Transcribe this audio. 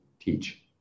teach